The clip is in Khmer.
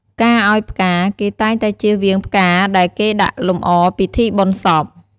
ការឱ្យផ្កាគេតែងតែជៀសវាងផ្កាដែលគេដាក់លំអពិធីបុណ្យសព។